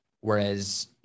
Whereas